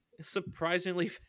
surprisingly